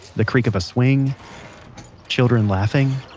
the creak of a swing children laughing